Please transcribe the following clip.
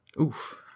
Oof